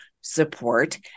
support